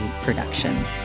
production